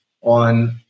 on